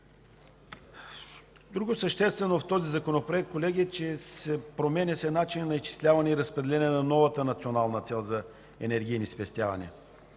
друго съществено в този Законопроект е, че се променя начинът на изчисляване и разпределение на новата национална цел за енергийни спестявания.